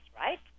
right